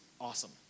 awesome